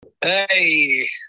Hey